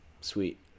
sweet